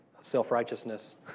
self-righteousness